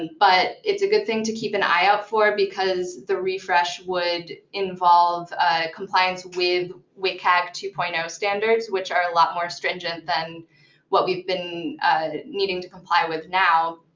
but it's a good thing to keep an eye out for, because the refresh would involve compliance with with wcag two point zero standards, which are a lot more stringent than what we've been needing to comply with now.